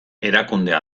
erakundea